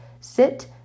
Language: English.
sit